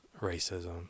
racism